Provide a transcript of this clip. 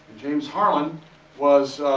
james harlan was